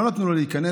לא נתנו לו להיכנס.